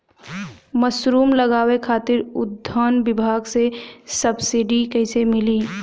Mushroom लगावे खातिर उद्यान विभाग से सब्सिडी कैसे मिली?